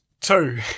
Two